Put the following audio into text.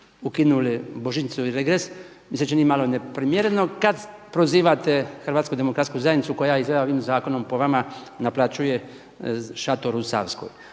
ukinuli božićnicu i regres, mi se čini malo neprimjereno kad prozivate Hrvatsku demokratsku zajednicu koja je izgleda ovim zakonom po vama naplaćuje šator u Savskoj.